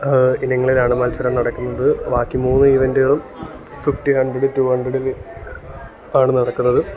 ഇനങ്ങളിലാണ് മത്സരങ്ങൾ നടക്കുന്നത് ബാക്കി മൂന്ന് ഈവൻറ്റ്കളും ഫിഫ്റ്റി ഹൺഡ്രഡ് റ്റു ഹൺഡ്രഡ് ആണ് നടക്കുന്നത്